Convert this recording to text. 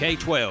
K-12